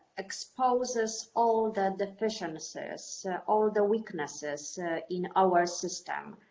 exposes all the deficiencies, all the weaknesses in our system,